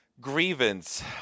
grievance